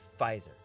Pfizer